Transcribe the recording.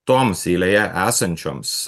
toms eilėje esančioms